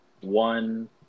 One